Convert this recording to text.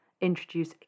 introduce